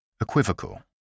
Equivocal